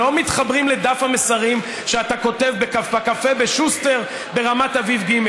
לא מתחברים לדף המסרים שאתה כותב בקפה בשוסטר ברמת אביב ג'.